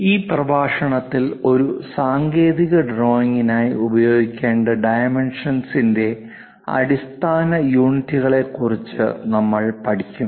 ഈ പ്രഭാഷണത്തിൽ ഒരു സാങ്കേതിക ഡ്രോയിംഗിനായി ഉപയോഗിക്കേണ്ട ഡൈമെൻഷൻറെ അടിസ്ഥാന യൂണിറ്റുകളെക്കുറിച്ച് നമ്മൾ പഠിക്കും